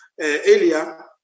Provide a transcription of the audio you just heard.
earlier